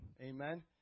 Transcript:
Amen